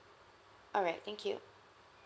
alright thank you